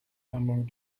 among